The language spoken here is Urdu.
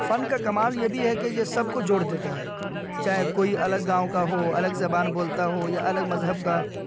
فن کا کمال یہ بھی ہے کہ یہ سب کو جوڑ دیتا ہے چاہے کوئی الگ گاؤں کا ہو الگ زبان بولتا ہو یا الگ مذہب کا